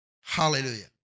Hallelujah